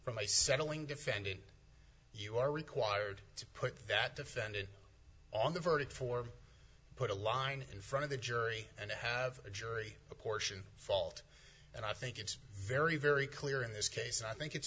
for my settling defendant you are required to put that defendant on the verdict form put a line in front of the jury and have a jury apportion fault and i think it's very very clear in this case and i think it's